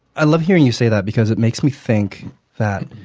i love hearing you say that because it makes me think that